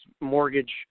mortgage